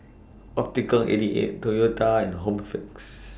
Optical eighty eight Toyota and Home Fix